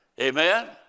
Amen